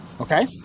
okay